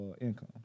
income